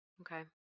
okay